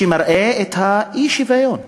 שמראה את האי-שוויון.